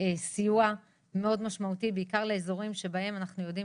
סיוע מאוד משמעותי ובעיקר לאזורים שבהם אנחנו יודעים,